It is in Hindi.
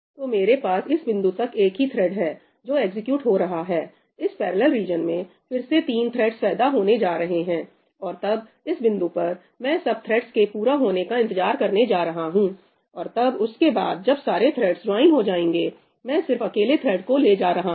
तो मेरे पास इस बिंदु तक एक ही थ्रेड् है जो एग्जीक्यूट हो रहा है इस पैरेलल रीजन में फिर से तीन थ्रेड्स पैदा होने जा रहे हैं और तब इस बिंदु पर मैं सब थ्रेड्स के पूरा होने का इंतजार करने जा रहा हूं और तब उसके बाद जब सारे दूसरे थ्रेड्स ज्वाइन हो जाएंगे मैं सिर्फ अकेले थ्रेड को ले जा रहा हूं